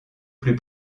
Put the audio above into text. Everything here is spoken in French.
plus